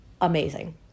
amazing